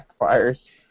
backfires